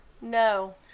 No